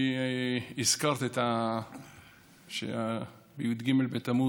הזכרת שי"ג בתמוז